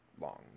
long